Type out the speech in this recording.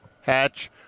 Hatch